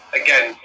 again